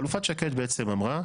חלופת שקד בעצם אמרה,